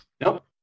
Nope